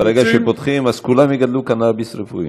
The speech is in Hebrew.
בביצים, ברגע שפותחים, אז כולם יגדלו קנביס רפואי.